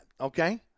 okay